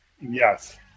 Yes